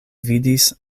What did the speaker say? vidis